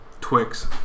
Twix